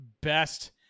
best